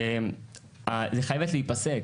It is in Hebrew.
היא חייבת להיפסק.